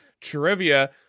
Trivia